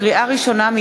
לקריאה ראשונה,